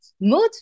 mood